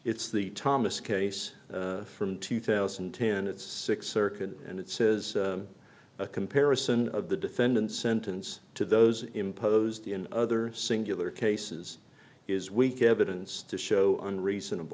it's the thomas case from two thousand and ten it's six circuit and it says a comparison of the defendants sentence to those imposed in other singular cases is weak evidence to show on reasonable